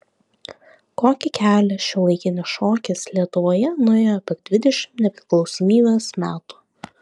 kokį kelią šiuolaikinis šokis lietuvoje nuėjo per dvidešimt nepriklausomybės metų